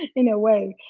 in a way.